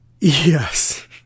yes